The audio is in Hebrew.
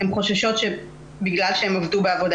חלק מהן חוששות שבגלל שהן עבדו בעבודה